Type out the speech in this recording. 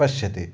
पश्यति